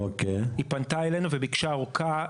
היא פנתה אלינו וביקשה אורכה.